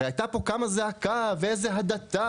הרי הייתה קמה פה צעקה: איזה הדתה?